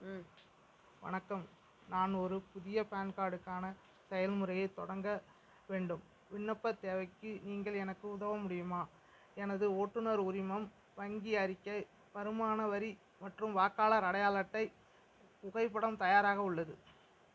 ம் வணக்கம் நான் ஒரு புதிய பான் கார்டுக்கான செயல்முறையைத் தொடங்க வேண்டும் விண்ணப்பத் தேவைக்கு நீங்கள் எனக்கு உதவ முடியுமா எனது ஓட்டுநர் உரிமம் வங்கி அறிக்கை வருமான வரி மற்றும் வாக்காளர் அடையாள அட்டை புகைப்படம் தயாராக உள்ளது